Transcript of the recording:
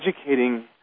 educating